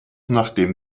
nachdem